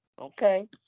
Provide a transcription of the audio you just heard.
Okay